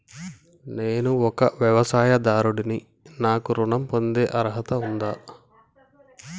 నేను ఒక వ్యవసాయదారుడిని నాకు ఋణం పొందే అర్హత ఉందా?